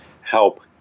help